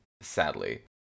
Sadly